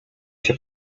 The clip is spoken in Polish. się